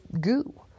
goo